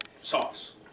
sauce